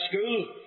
school